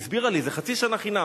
והיא הסבירה לי: זה חצי שנה חינם,